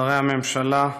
שרי הממשלה,